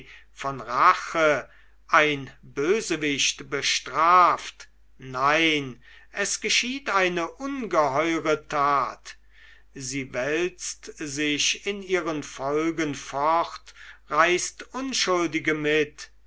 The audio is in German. von rache ein bösewicht bestraft nein es geschieht eine ungeheure tat sie wälzt sich in ihren folgen fort reißt unschuldige mit